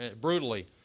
brutally